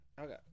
Okay